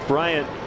Bryant